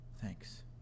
thanks